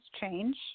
change